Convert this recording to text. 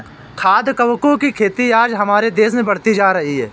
खाद्य कवकों की खेती आज हमारे देश में बढ़ती जा रही है